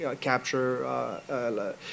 capture